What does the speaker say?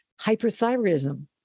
hyperthyroidism